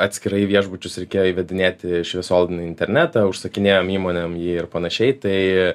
atskirai į viešbučius reikėjo įvedinėti šviesolaidinį internetą užsakinėjom įmonėm jį ir panašiai tai